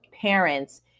parents